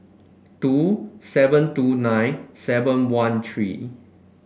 two seven two nine seven one three